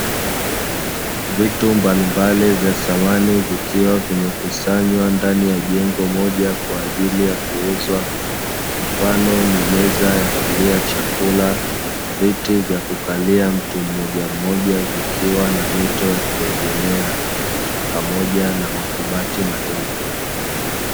Vitu mbalimbali vya samani vikiwa vimekusanywa ndani ya jengo moja kwa ajili ya kuuzwa mfano ni meza ya kulia chakula, viti vya kukalia mtu mmoja mmoja vikiwa na mito ya kuegemea pamoja na makabati madogo.